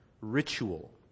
ritual